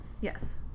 Yes